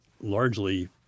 largely